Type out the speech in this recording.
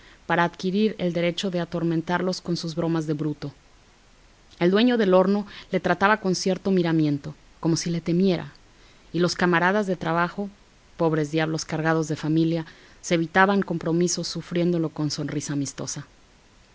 para adquirir el derecho de atormentarlos con sus bromas de bruto el dueño del horno le trataba con cierto miramiento como si le temiera y los camaradas de trabajo pobres diablos cargados de familia se evitaban compromisos sufriéndolo con sonrisa amistosa